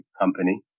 Company